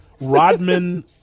Rodman